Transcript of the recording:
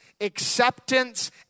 acceptance